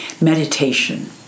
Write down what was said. meditation